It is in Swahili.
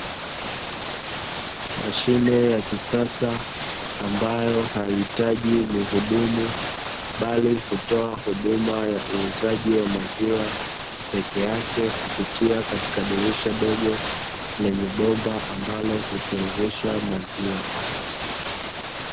Mashine ya kisasa ambayo haiitaji muudumu bali hutoa huduma ya uuzaji wa maziwa pekeyake kupitia katika dirisha dogo lenye bomba ambalo hutirirsha maziwa.